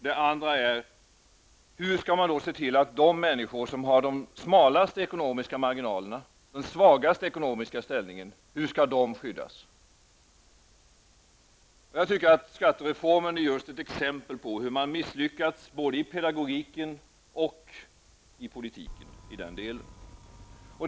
Det andra är: Hur skall man se till att de människor skyddas som har de smalaste ekonomiska marginalerna, den svagaste ekonomiska ställningen? Jag tycker att skattereformen är just ett exempel på hur man misslyckats både i pedagogiken och i politiken i den delen.